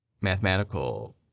mathematical